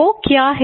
वो क्या है